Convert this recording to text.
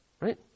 right